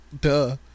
duh